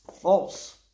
False